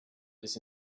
this